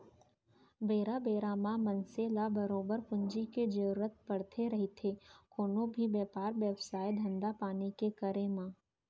बेरा बेरा म मनसे ल बरोबर पूंजी के जरुरत पड़थे रहिथे कोनो भी बेपार बेवसाय, धंधापानी के करे म